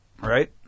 right